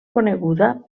coneguda